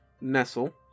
Nestle